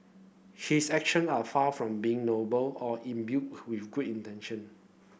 he is action are far from being noble or imbued with intention